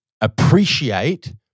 appreciate